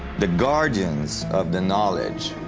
the guardians of the knowledge.